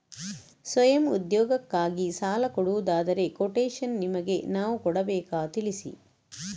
ಸ್ವಯಂ ಉದ್ಯೋಗಕ್ಕಾಗಿ ಸಾಲ ಕೊಡುವುದಾದರೆ ಕೊಟೇಶನ್ ನಿಮಗೆ ನಾವು ಕೊಡಬೇಕಾ ತಿಳಿಸಿ?